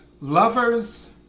lovers